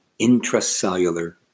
intracellular